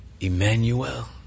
Emmanuel